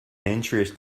interest